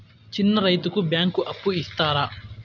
చిన్న రైతుకు బ్యాంకు అప్పు ఇస్తారా?